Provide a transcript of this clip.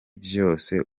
vyose